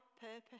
purpose